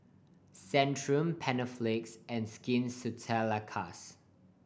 Centrum Panaflex and Skin Ceuticals